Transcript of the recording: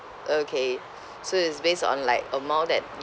okay so is based on like amount that